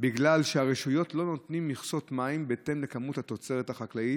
בגלל שהרשויות לא נותנות מכסות מים בהתאם לכמות התוצרת החקלאית,